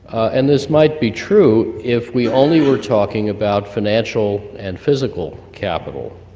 and this might be true if we only were talking about financial and physical capital,